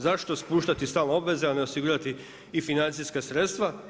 Zašto spuštati stalno obveze a ne osigurati i financija sredstava?